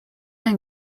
and